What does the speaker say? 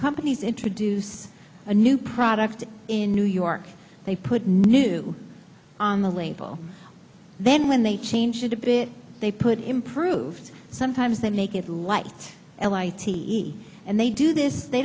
companies introduce a new product in new york they put new on the label then when they change it a bit they put improved sometimes they make it light l i t and they do this they